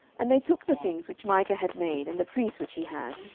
and they took the things which micah had made, and the priest which he had,